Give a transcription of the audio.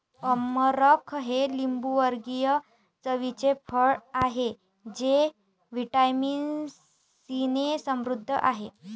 अमरख हे लिंबूवर्गीय चवीचे फळ आहे जे व्हिटॅमिन सीने समृद्ध आहे